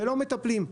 ולא מטפלים.